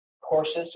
courses